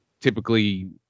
typically